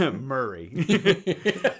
murray